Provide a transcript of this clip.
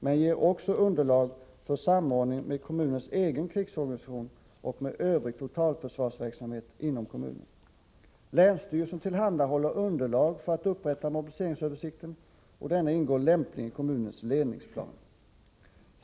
Den ger också underlag för samordning med kommunens egen krigsorganisation och med övrig totalförsvarsverksamhet inom kommunen. Länsstyrelsen tillhandahåller underlag för upprättandet av mobiliseringsöversikten. Denna ingår lämpligen i kommunens ledningsplan.